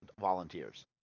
volunteers